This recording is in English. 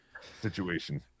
situation